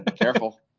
Careful